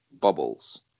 bubbles